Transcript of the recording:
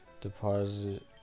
Deposit